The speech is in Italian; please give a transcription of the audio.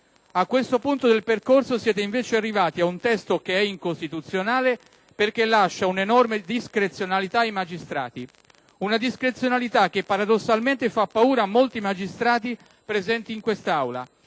A questo punto del percorso, siete invece arrivati ad un testo che è incostituzionale, perché lascia un'enorme discrezionalità ai magistrati, che paradossalmente fa paura a molti magistrati presenti in quest'Aula,